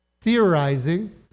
theorizing